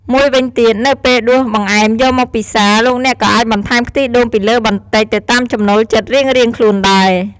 មួយវិញទៀត នៅពេលដួសបង្អែមយកមកពិសា លោកអ្នកក៏អាចបន្ថែមខ្ទិះដូងពីលើបន្តិច ទៅតាមចំណូលចិត្តរៀងៗខ្លួនដែរ។